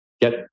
get